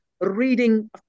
reading